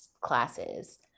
classes